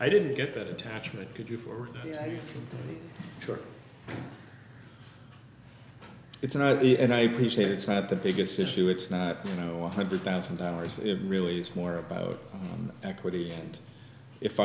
i didn't get that attachment could you for sure it's an early and i appreciate it's not the biggest issue it's not you know one hundred thousand dollars it really is more about equity and if